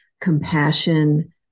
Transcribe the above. compassion